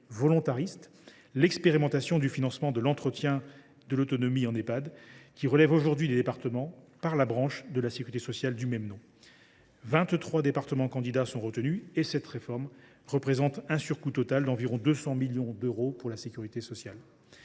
volontariste l’expérimentation du financement de l’entretien de l’autonomie en Ehpad, qui relève aujourd’hui des départements, par la branche de la sécurité sociale du même nom. Cette réforme, pour laquelle 23 départements candidats sont retenus, représente un surcoût total d’environ 200 millions d’euros pour la sécurité sociale.